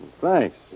Thanks